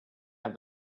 have